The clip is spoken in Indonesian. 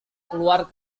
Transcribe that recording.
keluar